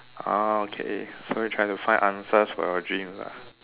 ah okay so you are trying to find answers for your dreams ah